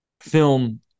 film